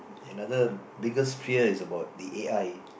another biggest fear is about the A_I